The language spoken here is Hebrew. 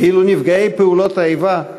ואילו נפגעי פעולות האיבה,